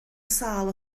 sâl